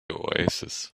oasis